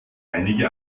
einige